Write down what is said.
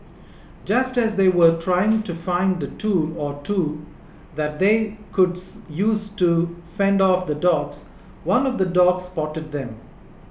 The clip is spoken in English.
just as they were trying to find a tool or two that they could use to fend off the dogs one of the dogs spotted them